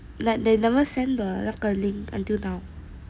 like they never send the 那个 link until now !huh!